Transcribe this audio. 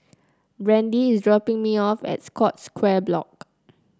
Brandie is dropping me off at Scotts Square Block